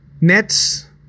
nets